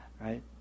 right